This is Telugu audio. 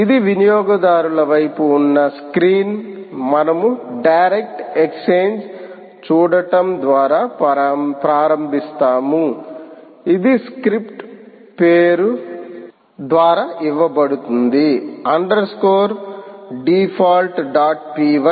ఇది వినియోగదారుల వైపు ఉన్న స్క్రీన్ మనము డైరెక్ట్ ఎక్స్ఛేంజ్ చూడటం ద్వారా ప్రారంభిస్తాము ఇది స్క్రిప్ట్ పేరు ద్వారా ఇవ్వబడుతుంది underscore default dot py